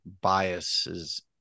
biases